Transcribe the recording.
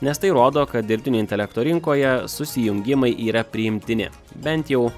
nes tai rodo kad dirbtinio intelekto rinkoje susijungimai yra priimtini bent jau